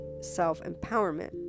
self-empowerment